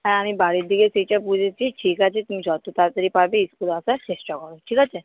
হ্যাঁ আমি বাড়ির দিকে সেইটা বুঝেছি ঠিক আছে তুমি যত তাড়াতাড়ি পারবে স্কুলে আসার চেষ্টা করো ঠিক আছে